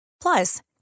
Plus